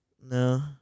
No